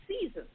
seasons